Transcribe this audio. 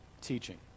teaching